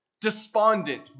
despondent